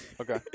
Okay